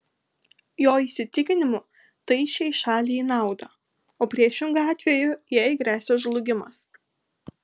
jo įsitikinimu tai išeis šaliai į naudą o priešingu atveju jai gresia žlugimas